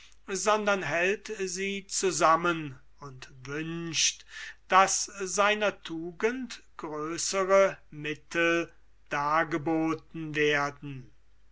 sondern hält sie zusammen und wünscht daß seiner tugend größere mittel dargeboten werden